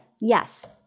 yes